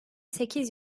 sekiz